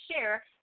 share